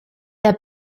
der